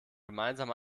gemeinsam